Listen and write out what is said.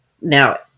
Now